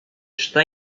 está